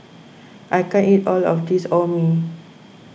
I can't eat all of this Orh Nee